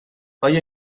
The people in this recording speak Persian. آیا